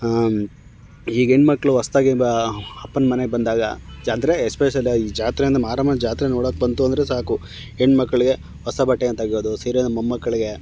ಈಗಿನ ಮಕ್ಕಳು ಹೊಸ್ದಾಗಿ ಬಾ ಅಪ್ಪನ ಮನೆಗೆ ಬಂದಾಗ ಜಾತ್ರೆ ಎಸ್ಪೆಷಿಯಲಾಗಿ ಈ ಜಾತ್ರೆ ಅಂದರೆ ಮಾರಮ್ಮನ ಜಾತ್ರೆ ನೋಡೋಕೆ ಬಂತು ಅಂದರೆ ಸಾಕು ಹೆಣ್ಣು ಮಕ್ಕಳಿಗೆ ಹೊಸ ಬಟ್ಟೆನ ತೆಗೆಯೋದು ಸೀರೆನ ಮೊಮ್ಮಕ್ಕಳಿಗೆ